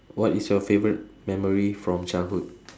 what is your favourite memory from childhood